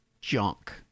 junk